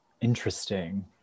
interesting